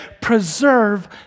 preserve